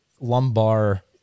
lumbar